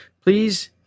please